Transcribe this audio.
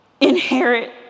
inherit